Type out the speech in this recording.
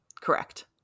Correct